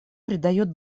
придает